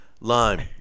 lime